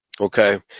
Okay